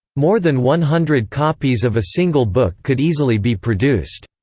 more than one hundred copies of a single book could easily be produced.